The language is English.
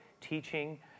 teaching